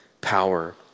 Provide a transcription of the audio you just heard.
power